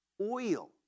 oil